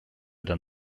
than